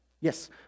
yes